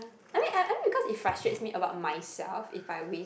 I mean I mean I mean because it frustrates me about myself if I waste